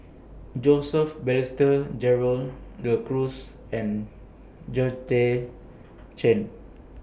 Joseph Balestier Gerald De Cruz and Chen